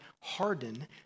harden